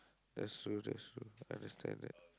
that's true that's true understand that